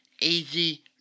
easy